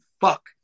fuck